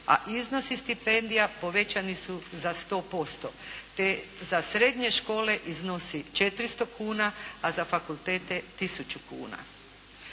A iznosi stipendija povećani su za 100% te za srednje škole iznosi 400 kuna, a za fakultete 1000 kuna.